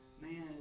man